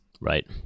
Right